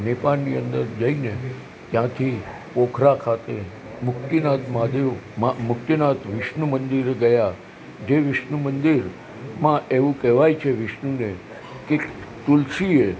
નેપાળની અંદર જઈને ત્યાંથી પોખરા ખાતે મુક્તિનાથ મહાદેવમાં મુક્તિનાથ વિષ્ણુ મંદિરે ગયા જે વિષ્ણુ મંદિરમાં એવું કહેવાય છે વિષ્ણુને કે તુલસીએ